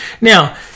Now